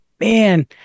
man